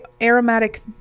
aromatic